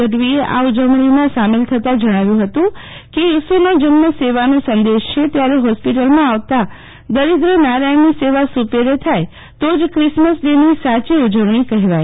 ગઢવીએ આ ઉજવણીમાં સામેલ થતા જણાવ્યું ફતું કે ઇસુનો જન્મ સેવાનો સંદેશ છે ત્યારે ફોસ્પિટલમાં આવતા દરિદ્રનારાયણની સેવા સુપેરે થાય તો જ ક્રિસમસ ડેની સાચી ઉજવણી કહેવાય